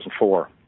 2004